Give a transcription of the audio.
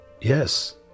Yes